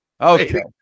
Okay